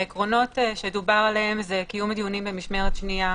העקרונות שדובר עליהם הם קיום דיונים במשמרת שנייה.